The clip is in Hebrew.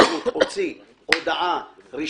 בקשר לוועדה,